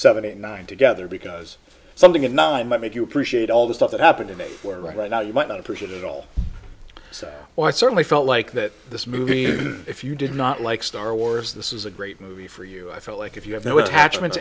seventy nine together because something that now i might make you appreciate all the stuff that happened to me where right now you might not appreciate it all so well i certainly felt like that this movie if you did not like star wars this is a great movie for you i feel like if you have no attachments